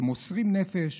שמוסרים נפש